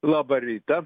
laba rytą